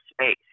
space